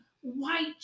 white